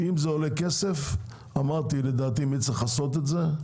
אם זה עולה כסף, אמרתי מי לדעתי צריך לממן את זה.